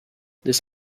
this